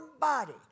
body